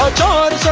dog